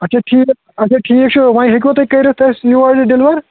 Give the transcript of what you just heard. اچھا ٹھیٖک اچھا ٹھیٖک چھُ وۄنۍ ہیکوا تُہۍ کٔرِتھ اسہِ یور یہِ ڈیلِوَر